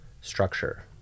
structure